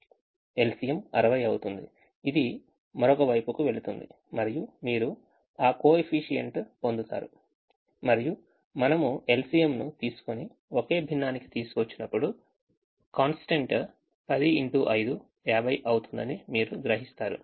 LCM 60 అవుతుంది ఇది మరొక వైపుకు వెళుతుంది మరియు మీరు ఆ coefficient పొందుతారు మరియు మనము LCM ను తీసుకొని ఒకే భిన్నానికి తీసుకువచ్చినప్పుడు constant 10x5 50 అవుతుందని మీరు గ్రహిస్తారు